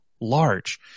large